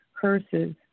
curses